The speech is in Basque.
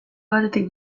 batetik